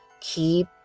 keep